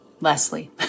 Leslie